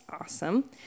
awesome